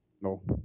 No